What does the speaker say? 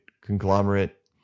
conglomerate